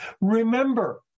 Remember